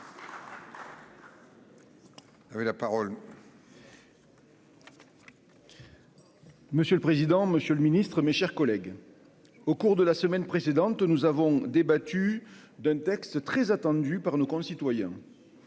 Monsieur le président, Monsieur le Ministre, mes chers collègues, au cours de la semaine précédente, nous avons débattu d'un texte très attendu par nos concitoyens,